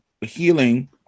healing